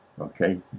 okay